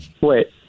Wait